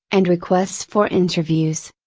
and requests for interviews.